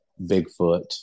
Bigfoot